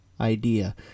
idea